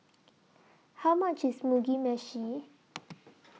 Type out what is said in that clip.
How much IS Mugi Meshi